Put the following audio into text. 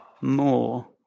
more